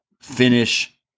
Finish